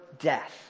death